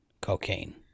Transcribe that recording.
cocaine